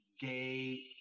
gay